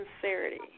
sincerity